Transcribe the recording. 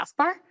taskbar